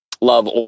love